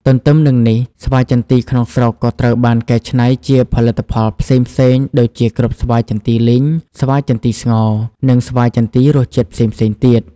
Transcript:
ទន្ទឹមនឹងនេះស្វាយចន្ទីក្នុងស្រុកក៏ត្រូវបាន កែច្នៃជាផលិតផលផ្សេងៗ ដូចជាគ្រាប់ស្វាយចន្ទីលីង ស្វាយចន្ទីស្ងោរ និងស្វាយចន្ទីរសជាតិផ្សេងៗទៀត។